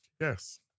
Yes